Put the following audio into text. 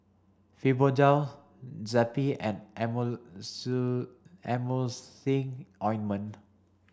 Fibogel Zappy and Emulsying Ointment